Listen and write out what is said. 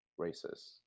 racist